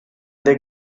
they